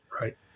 Right